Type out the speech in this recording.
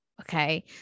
Okay